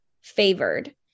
favored